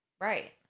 Right